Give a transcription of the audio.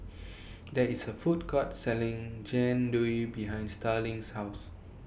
There IS A Food Court Selling Jian Dui behind Starling's House